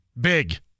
Big